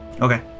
Okay